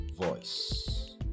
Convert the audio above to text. voice